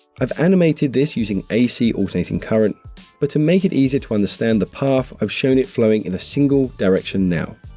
i've animated this using ac alternating current but to make it easier to understand the path, i've shown it flowing in a single direction now.